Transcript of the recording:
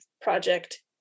project